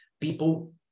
people